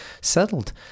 settled